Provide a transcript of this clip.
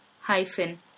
hyphen